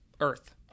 earth